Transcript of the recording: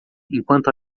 enquanto